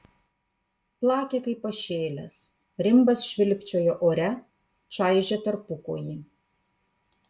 plakė kaip pašėlęs rimbas švilpčiojo ore čaižė tarpukojį